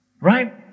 Right